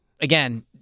again